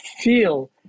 feel